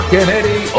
Kennedy